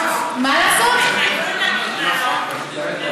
אז תחייבו את המכללות לאותם כללים בדיוק.